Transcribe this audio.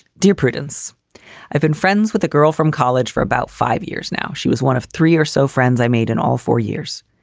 dear prudence i've been friends with a girl from college for about five years now. she was one of three or so friends i made in all four years.